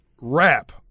rap